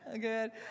Good